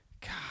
God